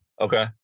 Okay